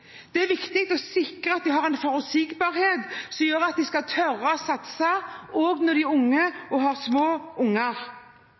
Det er viktig å sikre at de har en forutsigbarhet som gjør at de kan tørre å satse, også når de er unge